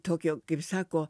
tokio kaip sako